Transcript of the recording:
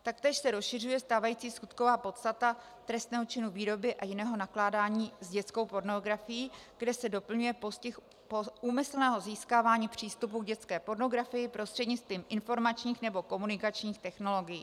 Taktéž se rozšiřuje stávající skutková podstata trestného činu výroby a jiného nakládání s dětskou pornografií, kde se doplňuje postih úmyslného získávání přístupu k dětské pornografii prostřednictvím informačních nebo komunikačních technologií.